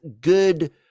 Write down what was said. good